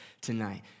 tonight